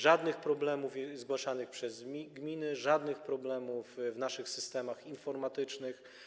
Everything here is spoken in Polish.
Żadnych problemów zgłaszanych przez gminy, żadnych problemów w naszych systemach informatycznych.